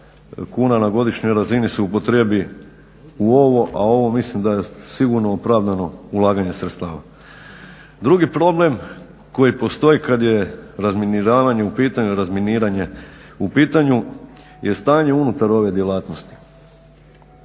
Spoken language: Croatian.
kuna na godišnjoj razini se upotrijebi u ovo a ovo mislim da je sigurno opravdano ulaganje sredstava. Drugi problem koji postoji kada je razminiranje u pitanju je stanje unutar ove djelatnosti.